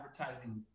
advertising